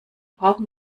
brauchen